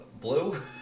blue